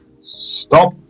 Stop